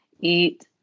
Eat